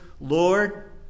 Lord